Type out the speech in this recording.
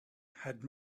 had